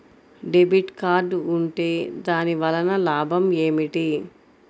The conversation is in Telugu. డెబిట్ కార్డ్ ఉంటే దాని వలన లాభం ఏమిటీ?